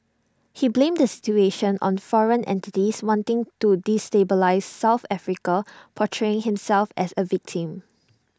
he blamed the situation on foreign entities wanting to destabilise south Africa portraying himself as A victim